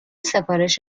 سفارش